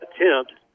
attempt